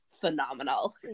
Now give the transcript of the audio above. phenomenal